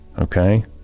Okay